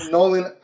Nolan